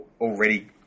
already